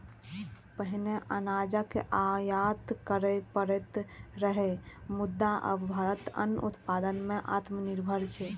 पहिने अनाजक आयात करय पड़ैत रहै, मुदा आब भारत अन्न उत्पादन मे आत्मनिर्भर छै